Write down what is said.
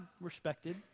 respected